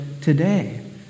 today